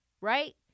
right